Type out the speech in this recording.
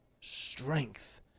strength